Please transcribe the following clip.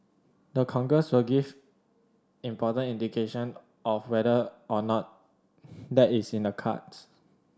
the Congress will give important indication of whether or not that is in the cards